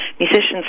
musicians